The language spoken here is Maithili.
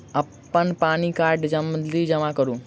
अप्पन पानि कार्ड जल्दी जमा करू?